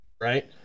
right